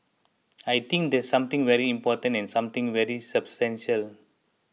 I think that's something very important and something very substantial